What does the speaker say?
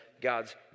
God's